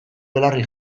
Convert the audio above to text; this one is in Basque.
belarri